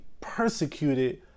persecuted